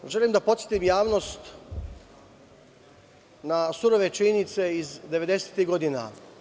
Želim da podsetim javnost na surove činjenice iz 90-ih godina.